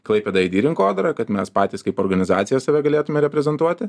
klaipėda aidi rinkodara kad mes patys kaip organizacija save galėtume reprezentuoti